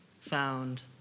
found